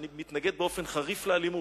ואני מתנגד באופן חריף לאלימות,